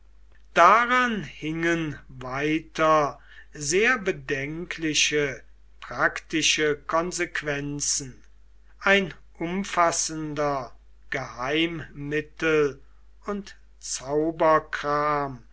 daran hingen weiter sehr bedenkliche praktische konsequenzen ein umfassender geheimmittel und